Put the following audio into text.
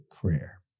prayer